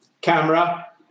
camera